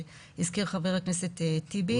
שהזכיר חבר הכנסת טיבי,